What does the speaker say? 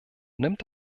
nimmt